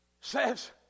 says